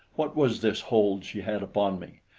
what was this hold she had upon me?